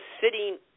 sitting